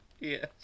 Yes